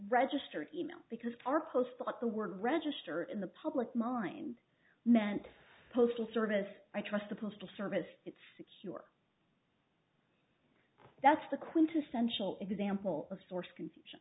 registered email because our post thought the word register in the public mind meant postal service i trust the postal service it's secure that's the quintessential example of source confusion